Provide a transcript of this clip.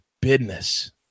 business